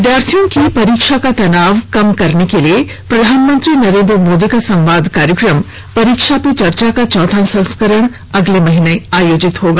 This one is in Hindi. विद्यार्थियों की परीक्षा का तनाव कम करने के लिए प्रधानमंत्री नरेंद्र मोदी का संवाद कार्यक्रम परीक्षा पे चर्चा का चौथा संस्करण अगले महिने में आयोजित होगा